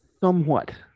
somewhat